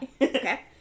Okay